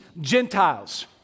Gentiles